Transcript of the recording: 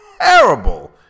terrible